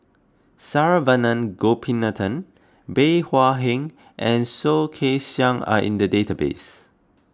Saravanan Gopinathan Bey Hua Heng and Soh Kay Siang are in the database